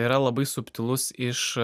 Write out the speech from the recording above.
yra labai subtilus iš